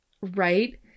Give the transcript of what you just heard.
Right